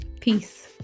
Peace